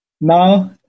now